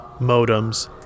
modems